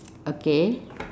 okay